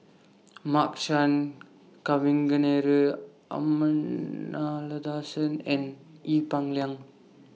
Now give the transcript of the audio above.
Mark Chan Kavignareru Amallathasan and Ee Peng Liang